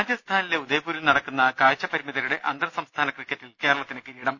രാജസ്ഥാനിലെ ഉദയപൂരിൽ നടന്ന കാഴ്ച പരിമിതരുടെ അന്തർ സംസ്ഥാന ക്രിക്കറ്റിൽ കേരളത്തിന് കിരീടം